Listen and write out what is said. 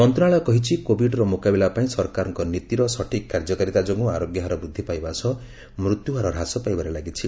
ମନ୍ତ୍ରଣାଳୟ କହିଛି କୋବିଡ୍ର ମୁକାବିଲା ପାଇଁ ସରକାରଙ୍କ ନୀତିର ସଠିକ୍ କାର୍ଯ୍ୟକାରୀତା ଯୋଗୁଁ ଆରୋଗ୍ୟହାର ବୃଦ୍ଧି ପାଇବା ସହ ମୃତ୍ୟୁହାର ହ୍ରାସ ପାଇବାରେ ଲାଗିଛି